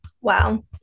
wow